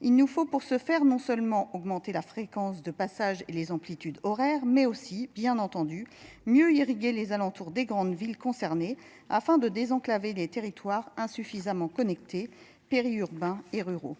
Il nous faut pour ce faire, non seulement augmenter la fréquence de passage et les amplitudes horaires, mais aussi bien entendu, mieux irriguer les alentours des grandes villes concernées afin de désenclaver les territoires insuffisamment connectés périurbains et ruraux.